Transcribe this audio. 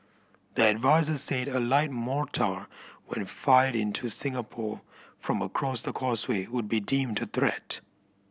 the adviser said a light mortar when fired into Singapore from across the causeway would be deemed a threat